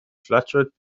fluttered